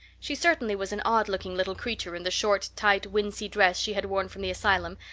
she certainly was an odd-looking little creature in the short tight wincey dress she had worn from the asylum,